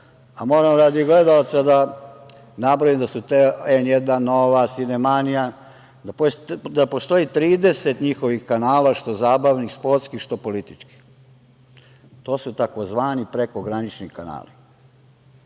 a moram radi gledalaca da nabrojim da su te "N1", "Nova", "Cinemania", da postoji 30 njihovih kanala, što zabavnih, što sportskih, što političkih, to su tzv. prekogranični kanali.